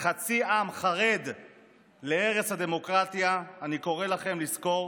חצי עם חרד להרס הדמוקרטיה, אני קורא לכם לזכור